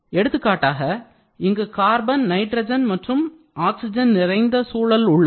எடுத்துக்காட்டாக இங்கு carbon nitrogen மற்றும் ஆக்சிஜன் நிறைந்த சூழல் உள்ளது